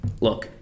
look